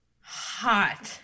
Hot